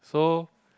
so